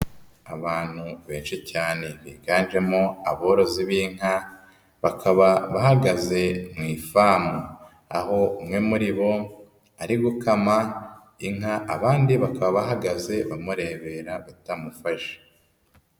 Abantu benshi cyane biganjemo aborozi b'inka, bakaba bahagaze mu ifamu aho umwe muri bo ari gukama inka, abandi bakaba bahagaze bamurebera batamufashe.